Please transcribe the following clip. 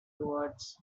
towards